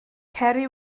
ceri